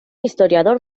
historiador